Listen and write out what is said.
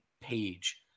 page